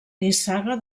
nissaga